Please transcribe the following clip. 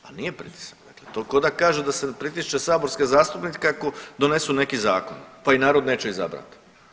Pa nije pritisak, dakle to ko' da kaže da se pritišće saborske zastupnike ako donesu neki zakon, pa ih narod neće izabrati.